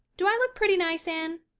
do i look pretty nice, anne?